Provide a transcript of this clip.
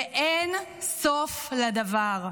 ואין סוף לדבר.